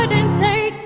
but and say